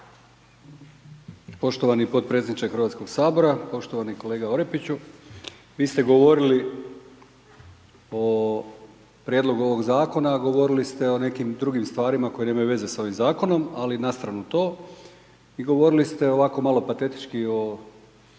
Poštovani potpredsjedniče HS. Poštovani kolega Orepiću, vi ste govorili o prijedlogu ovog Zakona, a govorili ste o nekim drugim stvarima koji nemaju veze sa ovim Zakonom, ali nastranu to, i govorili ste ovako malo patetički o,